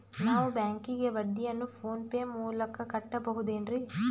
ನಾವು ಬ್ಯಾಂಕಿಗೆ ಬಡ್ಡಿಯನ್ನು ಫೋನ್ ಪೇ ಮೂಲಕ ಕಟ್ಟಬಹುದೇನ್ರಿ?